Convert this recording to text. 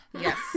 Yes